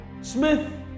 Smith